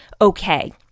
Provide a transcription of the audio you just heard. okay